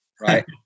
right